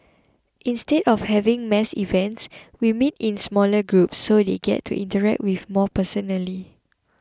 instead of having mass events we meet in smaller groups so they get to interact with more personally